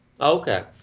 Okay